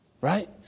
Right